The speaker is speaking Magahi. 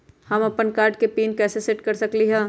हम अपन कार्ड के पिन कैसे सेट कर सकली ह?